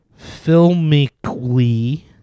filmically-